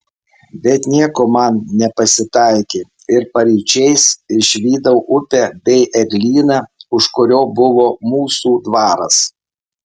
bet nieko man nepasitaikė ir paryčiais išvydau upę bei eglyną už kurio buvo mūsų dvaras